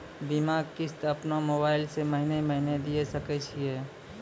बीमा किस्त अपनो मोबाइल से महीने महीने दिए सकय छियै?